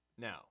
Now